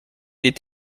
des